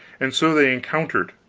and so they encountered,